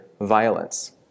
violence